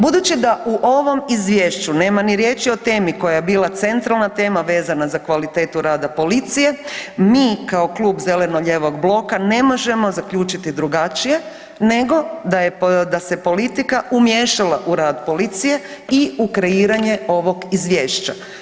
Budući da u ovom izvješću nema ni riječi o temi koja je bila centralna tema vezana za kvalitetu rada policije mi kao Klub zeleno-lijevog bloka ne možemo zaključiti drugačije nego da se politika umiješala u rad policije i u kreiranje ovog izvješća.